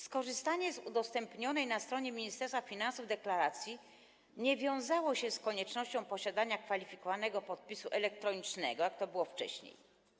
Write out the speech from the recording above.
Skorzystanie z udostępnionej na stronie Ministerstwa Finansów deklaracji nie wiązało się z koniecznością posiadania kwalifikowanego podpisu elektronicznego, jak to było wcześniej.